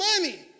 money